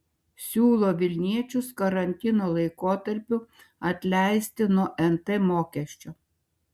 siūlo vilniečius karantino laikotarpiu atleisti nuo nt mokesčio